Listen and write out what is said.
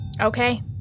okay